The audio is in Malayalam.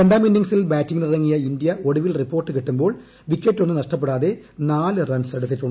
രണ്ടാം ഇന്നിങ്സിൽ ബാറ്റിങ്ങിനിറങ്ങിയ ഇന്തൃ ഒടുവിൽ റിപ്പോർട്ട് കിട്ടുമ്പോൾ വിക്കറ്റൊന്നും നഷ്ടപ്പെടാതെ നാല് റൺസ് എടുത്തു